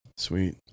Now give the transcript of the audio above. Sweet